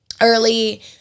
early